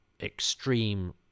extreme